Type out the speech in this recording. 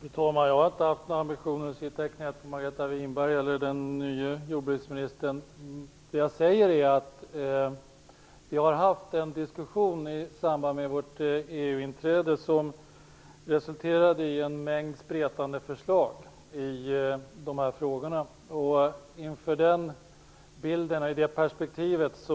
Fru talman! Jag har inte haft några ambitioner att sitta i knät på Margareta Winberg eller den nya jordbruksministern. Det jag säger är att vi har haft en diskussion i samband med vårt EU-inträde som resulterade i en mängd spretande förslag i dessa frågor. I det perspektivet